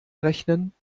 rechnen